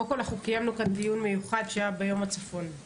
קודם כול קיימנו כאן דיון מיוחד שהיה ב"יום הצפון",